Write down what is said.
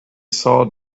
saw